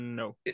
No